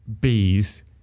bees